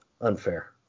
unfair